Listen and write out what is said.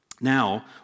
Now